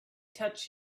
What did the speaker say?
touch